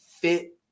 fit